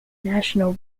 national